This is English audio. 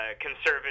conservative